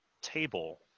table